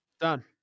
Done